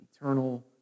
eternal